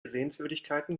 sehenswürdigkeiten